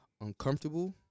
uncomfortable